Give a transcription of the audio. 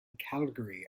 calgary